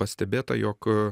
pastebėta jog